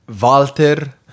Walter